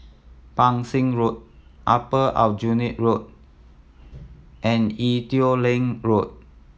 Pang Seng Road Upper Aljunied Road and Ee Teow Leng Road